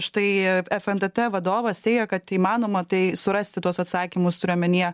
štai fntt vadovas teigia kad įmanoma tai surasti tuos atsakymus turiu omenyje